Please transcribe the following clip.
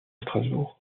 strasbourg